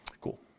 Cool